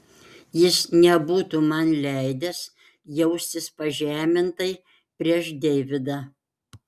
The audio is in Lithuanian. jis nebūtų man leidęs jaustis pažemintai prieš deividą